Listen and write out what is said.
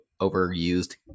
overused